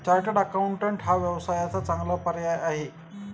chartered accountant हा व्यवसायाचा चांगला पर्याय आहे